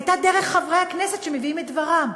הייתה דרך חברי הכנסת שמביאים את דברם,